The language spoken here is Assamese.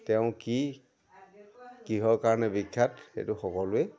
তেওঁ কি কিহৰ কাৰণে বিখ্যাত সেইটো সকলোৱে